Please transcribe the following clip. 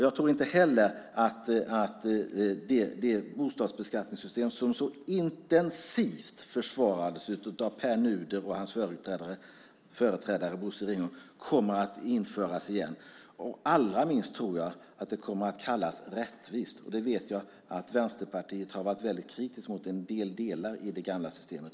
Jag tror inte heller att det bostadsbeskattningssystem som så intensivt försvarades av Pär Nuder och hans företrädare Bosse Ringholm kommer att införas igen. Allra minst tror jag att det kommer att kallas rättvist. Jag vet att Vänsterpartiet också har varit väldigt kritiskt mot några delar i det gamla systemet.